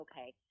okay